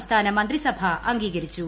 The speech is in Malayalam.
സംസ്ഥാന മന്ത്രിസഭ അംഗീകരിച്ചു